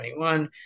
2021